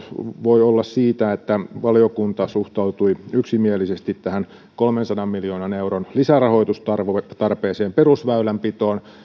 voi olla siitä että valiokunta suhtautui yksimielisesti tähän kolmensadan miljoonan euron lisärahoitustarpeeseen perusväylänpitoon